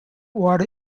water